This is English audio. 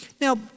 Now